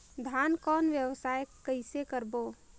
धान कौन व्यवसाय कइसे करबो?